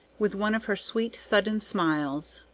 with one of her sweet, sudden smiles.